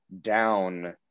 down